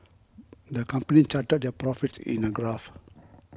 the company charted their profits in a graph